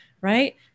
right